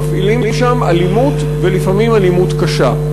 מפעילים שם אלימות ולפעמים אלימות קשה.